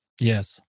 Yes